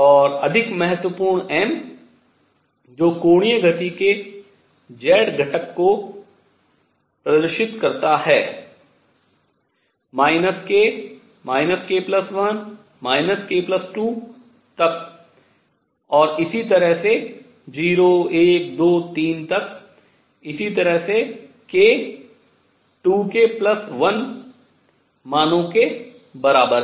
और अधिक महत्वपूर्ण m जो कोणीय गति के z घटक को प्रदर्शित करता है k k 1 k 2 तक इसी तरह से 0 1 2 तक इसी तरह से k 2 k 1 मानों के बराबर है